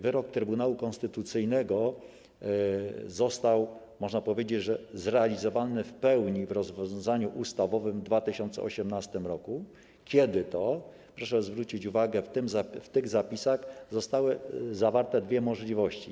Wyrok Trybunału Konstytucyjnego został, można powiedzieć, zrealizowany w pełni w rozwiązaniu ustawowym w 2018 r., kiedy to, proszę zwrócić uwagę, w tych zapisach zostały zawarte dwie możliwości.